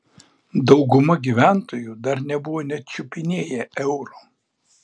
dauguma gyventojų dar nebuvo net čiupinėję euro